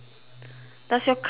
does your car have a roof